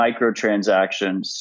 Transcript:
microtransactions